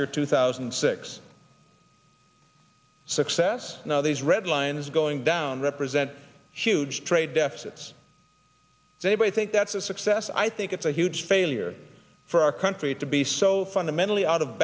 year two thousand and six success now these red lines going down represent huge trade deficits anybody think that's a success i think it's a huge failure for our country to be so fundamentally out of